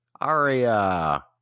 Aria